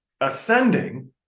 ascending